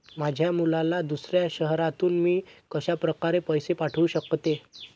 माझ्या मुलाला दुसऱ्या शहरातून मी कशाप्रकारे पैसे पाठवू शकते?